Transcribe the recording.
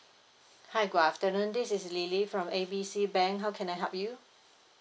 hi good afternoon this is lily from A B C bank how can I help you